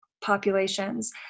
populations